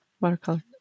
watercolor